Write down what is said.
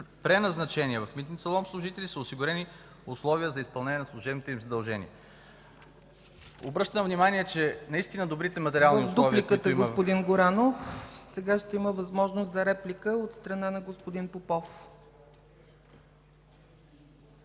преназначени в Митница Лом служители, са осигурени условия за изпълнение на служебните им задължения. Обръщам внимание, че наистина добрите материални условия... ПРЕДСЕДАТЕЛ ЦЕЦКА ЦАЧЕВА: Това – в дупликата, господин Горанов. Сега ще има възможност за реплика от страна на господин Попов.